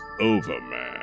Overman